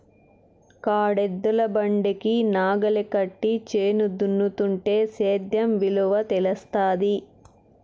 కాడెద్దుల బండికి నాగలి కట్టి చేను దున్నుతుంటే సేద్యం విలువ తెలుస్తాది